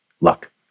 luck